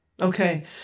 Okay